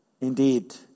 indeed